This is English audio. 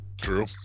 True